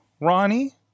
Ronnie